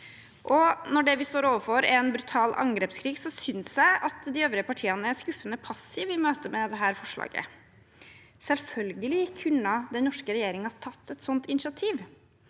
Når det vi står overfor, er en brutal angrepskrig, synes jeg at de øvrige partiene er skuffende passive i møte med dette forslaget. Selvfølgelig kunne den norske regjeringen tatt et sånt initiativ.